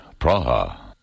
Praha